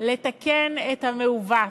לתקן את המעוות,